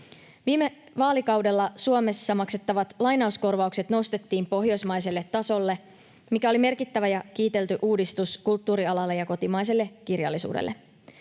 Viime vaalikaudella Suomessa maksettavat lainauskorvaukset nostettiin pohjoismaiselle tasolle, mikä oli merkittävä ja kiitelty uudistus kulttuurialalle ja kotimaiselle kirjallisuudelle.